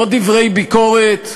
לא דברי ביקורת,